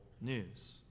news